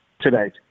today